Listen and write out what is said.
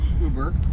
Uber